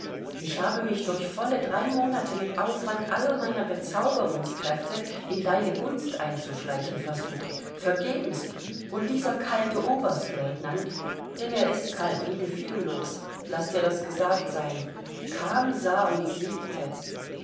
ich habe mich durch volle drei monate mit aufwand aller meiner bezauberungskräfte in deine gunst einzuschleichen versucht vergebens und dieser kalte oberstlieutenant denn er ist kalt und fühllos laß dir das gesagt sein kam sah und siegte